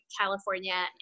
California